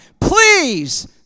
please